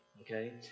okay